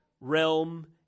realm